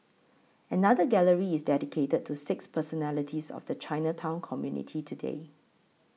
another gallery is dedicated to six personalities of the Chinatown community today